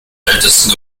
ältesten